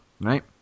right